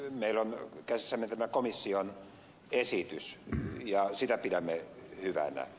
meillä on käsissämme tämä komission esitys ja sitä pidämme hyvänä